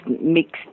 mixed